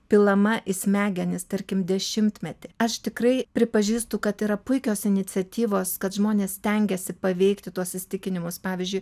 pilama į smegenis tarkim dešimtmetį aš tikrai pripažįstu kad yra puikios iniciatyvos kad žmonės stengiasi paveikti tuos įsitikinimus pavyzdžiui